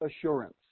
assurance